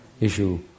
issue